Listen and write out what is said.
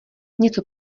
něco